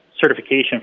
certification